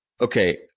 Okay